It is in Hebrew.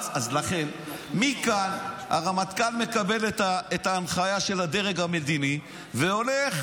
אז לכן מכאן הרמטכ"ל מקבל את ההנחיה של הדרג המדיני והולך,